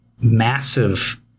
massive